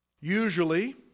Usually